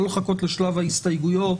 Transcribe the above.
לא לחכות לשלב ההסתייגויות.